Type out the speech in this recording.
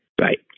right